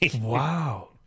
Wow